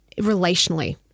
relationally